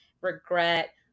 regret